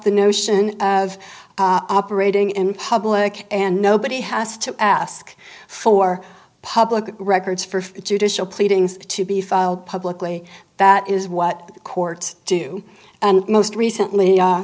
the notion of operating in public and nobody has to ask for public records for judicial pleadings to be filed publicly that is what courts do and most recently